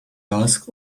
asks